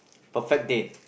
perfect date